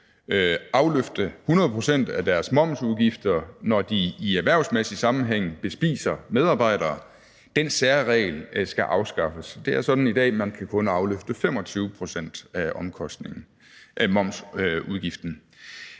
afløfte 100 pct. af deres momsudgifter, når de i erhvervsmæssig sammenhæng bespiser medarbejdere, skal afskaffes. Det er sådan i dag, at man kun kan afløfte 25 pct. af momsudgiften,